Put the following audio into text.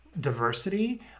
diversity